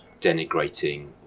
denigrating